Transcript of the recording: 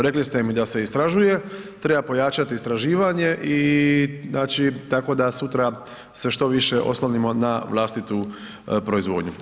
Rekli ste mi da se istražuje, treba pojačati istraživanje i znači tako da sutra se što više oslonimo na vlastitu proizvodnju.